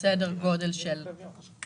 7